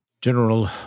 General